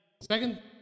Second